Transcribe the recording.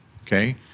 okay